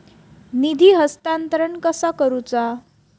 निधी हस्तांतरण कसा करुचा?